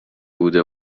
بوده